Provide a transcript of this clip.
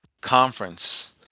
conference